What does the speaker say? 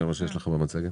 אני רואה שזה מופיע במצגת.